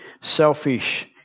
selfish